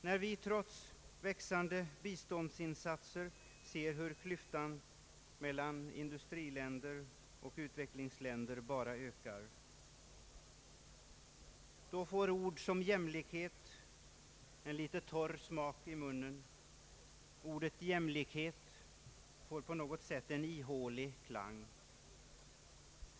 När vi trots växande biståndsinsatser ser hur klyftan mellan industriländer och utvecklingsländer bara ökar då får ord som jämlikhet en litet torr smak i munnen. Ordet jämlikhet får på något sätt en ihålig klang.